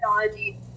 technology